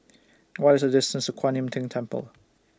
What IS The distance to Kuan Im Tng Temple